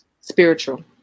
spiritual